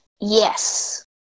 Yes